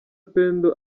pendo